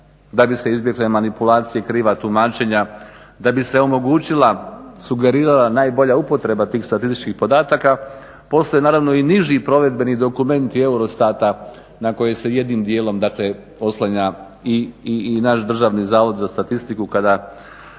da bi se izbjegle manipulacije, kriva tumačenja, da bi se omogućila, sugerirala najbolja upotreba tih statističkih podataka. Postoje naravno i niži provedbeni dokumenti EUROSTAT-a na koji se jednim dijelom oslanja i naš DZS kada radi naša statistička